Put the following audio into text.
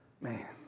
man